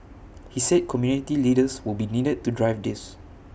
he said community leaders will be needed to drive this